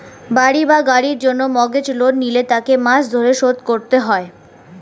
বাড়ি বা গাড়ির জন্য মর্গেজ লোন নিলে তাকে মাস ধরে শোধ করতে হয়